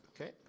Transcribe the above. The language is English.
okay